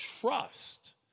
trust